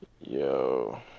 Yo